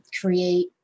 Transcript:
create